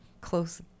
close